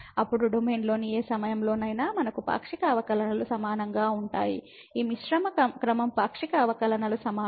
అప్పుడు డొమైన్లోని ఏ సమయంలోనైనా మనకు పాక్షిక అవకలనలు సమానంగా ఉంటాయి ఈ మిశ్రమ క్రమం పాక్షిక అవకలనాలు సమానం